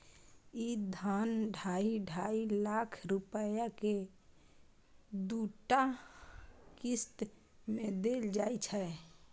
ई धन ढाइ ढाइ लाख रुपैया के दूटा किस्त मे देल जाइ छै